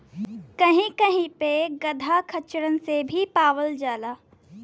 कही कही पे गदहा खच्चरन से भी पावल जाला